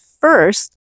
first